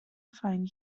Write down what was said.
find